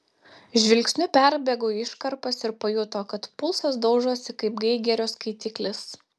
žvilgsniu perbėgo iškarpas ir pajuto kad pulsas daužosi kaip geigerio skaitiklis